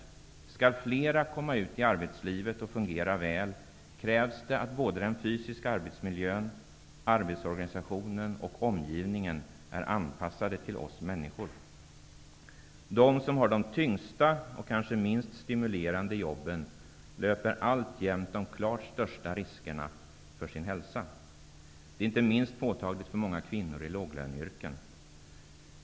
För att vi skall kunna komma ut i arbetslivet och fungera väl krävs det att både den fysiska arbetsmiljön, arbetsorganisationen och omgivningen är anpassade till oss människor. De som har de tyngsta och kanske minst stimulerande jobben löper alltjämt de klart största hälsoriskerna. Detta är inte minst påtagligt för många kvinnor i låglöneyrken.